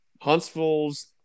Huntsville's